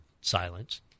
silence